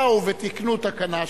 באו ותיקנו תקנה,